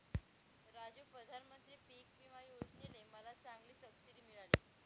राजू प्रधानमंत्री पिक विमा योजने ने मला चांगली सबसिडी मिळाली